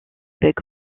bec